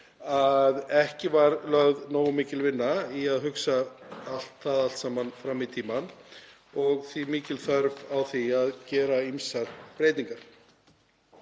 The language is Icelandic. að ekki var lögð nógu mikil vinna í að hugsa það allt saman fram í tímann og því mikil þörf á því að gera ýmsar breytingar.